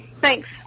thanks